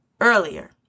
earlier